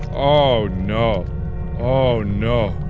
oh no oh no